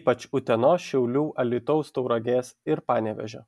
ypač utenos šiaulių alytaus tauragės ir panevėžio